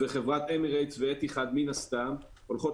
וחברת אמירטס ואיתיחאד מן הסתם הולכות